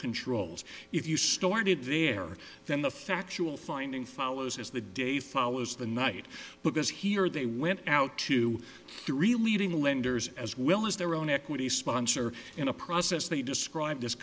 controls if you started there then the factual finding follows as the day follows the night because here they went out to three leading lenders as well as their own equity sponsor in a process they described as